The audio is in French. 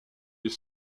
est